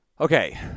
Okay